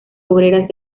obreras